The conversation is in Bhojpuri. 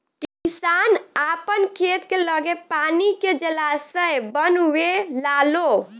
किसान आपन खेत के लगे पानी के जलाशय बनवे लालो